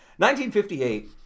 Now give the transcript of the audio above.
1958